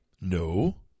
No